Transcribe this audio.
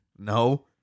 No